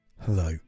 Hello